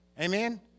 Amen